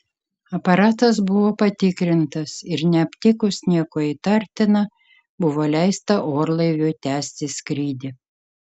aparatas buvo patikrintas ir neaptikus nieko įtartina buvo leista orlaiviui tęsti skrydį